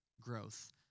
growth